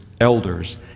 elders